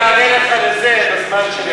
אני אארגן לך לזה את המספר שלי,